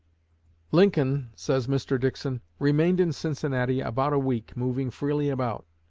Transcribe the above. lincoln, says mr. dickson, remained in cincinnati about a week, moving freely about.